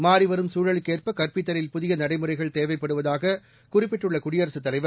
மாநிவரும் குழலுக்கு ஏற்ப கற்பித்தலில் புதிய நடைமுறைகள் தேவைப்படுவதாக குறிப்பிட்டுள்ள குடியரசுத் தலைவர்